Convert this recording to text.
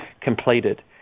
completed